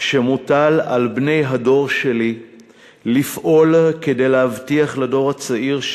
שמוטל על בני הדור שלי לפעול כדי להבטיח לדור הצעיר,